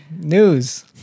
news